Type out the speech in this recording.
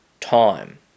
time